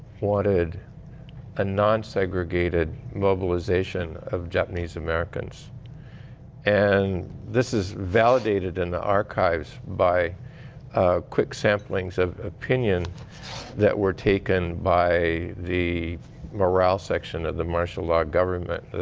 wanted a nonsegregated mobilization of japanese-americans. and this is validated in the archives by quick samplings of opinions that were taken by the morale section of the martial law government.